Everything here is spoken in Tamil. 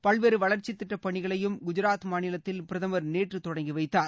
பல்வேறு வளர்ச்சித்திட்டப்பணிகளையும் குஜராத் மாநிலத்தில் பிரதமர் நேற்று தொடங்கிவைத்தார்